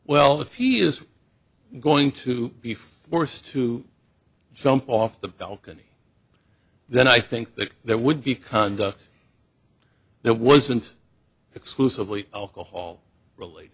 well if he is going to be forced to jump off the balcony then i think that there would be conduct that wasn't exclusively alcohol